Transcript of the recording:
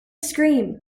scream